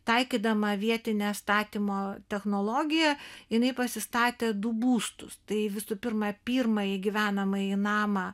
taikydama vietinę statymo technologiją jinai pasistatė du būstus tai visų pirma pirmąjį gyvenamąjį namą